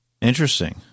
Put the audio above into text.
Interesting